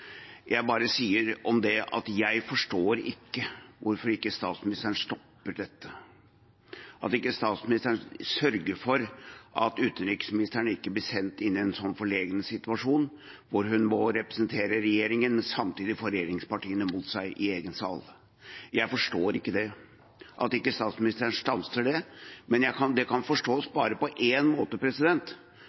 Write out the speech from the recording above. Jeg må si at jeg ikke forstår hvorfor ikke statsministeren stopper dette, hvorfor ikke statsministeren sørger for at utenriksministeren ikke blir sendt inn i en forlegen situasjon hvor hun må representere regjeringen, men samtidig får et regjeringsparti mot seg i egen sal. Jeg forstår ikke at statsministeren ikke stanser det, men det kan bare forstås på én måte,